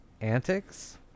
antics